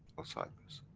alzheimer's.